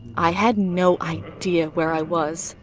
i had no idea where i was,